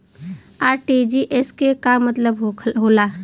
RTGS के का मतलब होला?